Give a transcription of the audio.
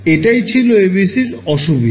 এটাই ছিল ABC এর অসুবিধা